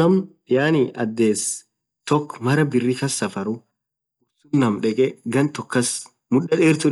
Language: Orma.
Naam yaani adhes tokk mara birri kass safaruuu ursun Naam dhekee ghan tokk kass mudha dherthuu